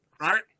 Right